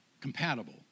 compatible